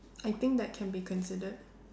I think that can be considered